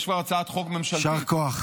יש הצעת חוק ממשלתית שהונחה --- יישר כוח.